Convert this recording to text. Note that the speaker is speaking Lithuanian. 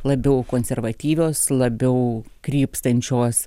labiau konservatyvios labiau krypstančios